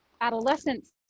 adolescents